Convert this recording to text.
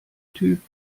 typ